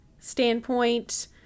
standpoint